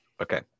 okay